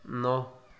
ন